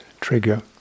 trigger